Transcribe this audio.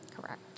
correct